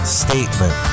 statement